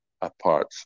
apart